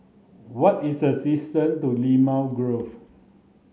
what is the distance to Limau Grove